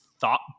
thought